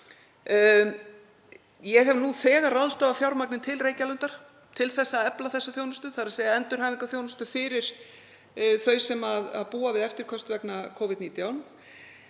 Ég hef nú þegar ráðstafað fjármagni til Reykjalundar til að efla þessa þjónustu, þ.e. endurhæfingarþjónustu fyrir þau sem búa við eftirköst vegna Covid-19.